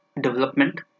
development